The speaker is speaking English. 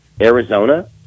Arizona